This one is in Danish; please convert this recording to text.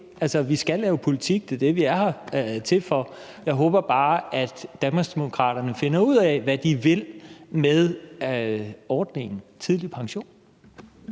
vi skal lave politik; det er det, vi er til for. Jeg håber bare, at Danmarksdemokraterne finder ud af, hvad de vil med ordningen tidlig pension.